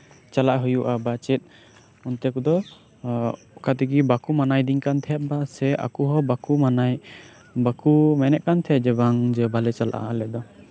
ᱪᱟᱞᱟᱜ ᱦᱩᱭᱩᱜᱼᱟ ᱯᱟᱪᱮᱛ ᱚᱱᱛᱮ ᱠᱚᱫᱚ ᱚᱠᱟᱛᱮᱜᱮ ᱵᱟᱠᱚ ᱢᱟᱱᱟᱭᱤᱫᱤᱧ ᱠᱟᱱ ᱛᱟᱸᱦᱮᱜ ᱥᱮ ᱟᱠᱚ ᱦᱚᱸ ᱢᱟᱱᱟᱭ ᱵᱟᱠᱚ ᱢᱮᱱᱮᱫ ᱛᱟᱸᱦᱮᱱ ᱡᱮ ᱵᱟᱝ ᱡᱮ ᱵᱟᱞᱮ ᱪᱟᱞᱟᱜᱼᱟ ᱟᱞᱮ ᱫᱚ